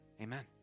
amen